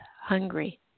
hungry